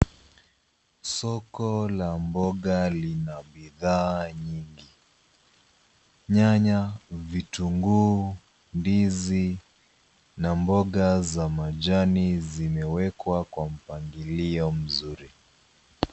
Soko la mboga lina bidhaa nyingi. Nyanya, vitunguu, ndizi na mboga za majani zimewekwa kwa mpangilio mzuri.